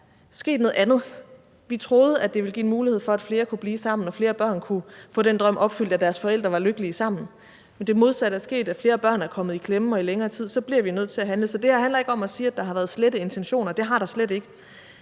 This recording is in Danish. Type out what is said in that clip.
end det, vi troede. Vi troede, det ville give en mulighed for, at flere kunne blive sammen, om at flere børn kunne få den drøm opfyldt, at deres forældre var lykkelige sammen, men der er sket det modsatte, nemlig at flere børn er kommet i klemme og i længere tid, og så bliver vi nødt til at handle. Så det her handler ikke om at sige, at der har været slette intentioner. Det har der slet ikke.